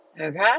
okay